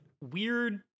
weird